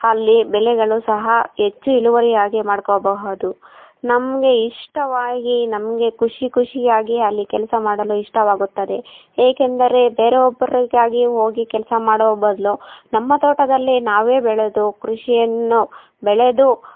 ಅಲ್ಲಿ ಬೆಳೆಗಳು ಸಹ ಹೆಚ್ಚು ಇಳುವರಿಯಾಗಿ ಮಾಡ್ಕೋಬಹುದು ನಮಗೆ ಇಷ್ಟವಾಗಿ ನಮಗೆ ಖುಷಿ ಖುಷಿಯಾಗಿ ಅಲ್ಲಿ ಕೆಲಸ ಮಾಡಲು ಇಷ್ಟವಾಗುತ್ತದೆ ಏಕೆಂದರೆ ಬೇರೆ ಒಬ್ಬರಿಗಾಗಿ ಹೋಗಿ ಕೆಲಸ ಮಾಡುವ ಬದಲು ನಮ್ಮ ತೋಟದಲ್ಲೇ ನಾವೇ ಬೆಳೆದು ಕೃಷಿಯನ್ನು ಬೆಳೆದು